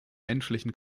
menschlichen